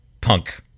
punk